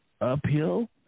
uphill